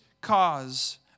cause